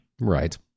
Right